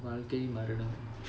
வாழ்க்கை மரணம்:vaalkai maranam